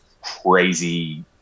crazy